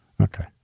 Okay